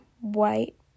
white